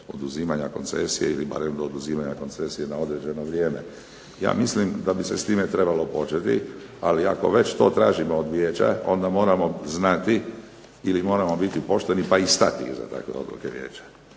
oduzimanja koncesija, ili barem do oduzimanja koncesije na određeno vrijeme. Ja mislim da bi se s time trebalo početi, ali ako već to tražimo od vijeća onda moramo znati, ili moramo biti pošteni pa i stati iza takve odluke vijeća.